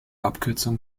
abkürzung